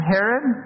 Herod